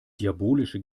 diabolische